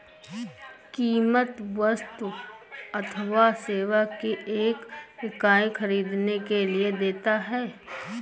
कीमत वस्तु अथवा सेवा की एक इकाई ख़रीदने के लिए देता है